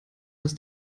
dass